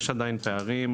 יש עדיין פערים,